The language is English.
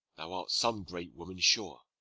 thou art some great woman, sure,